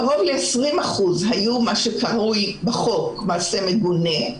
קרוב ל-20% היו מה שנקרא בחוק מעשה מגונה,